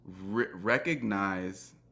recognize